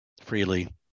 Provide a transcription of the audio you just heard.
freely